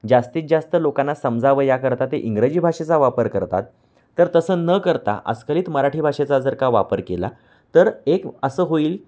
जास्तीत जास्त लोकांना समजावं या करता ते इंग्रजी भाषेचा वापर करतात तर तसं न करता अस्खलित मराठी भाषेचा जर का वापर केला तर एक असं होईल